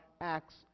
acts